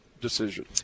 decision